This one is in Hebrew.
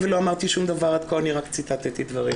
אמרתי שום דבר עד כה, אני רק ציטטתי דברים.